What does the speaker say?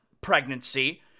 pregnancy